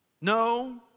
No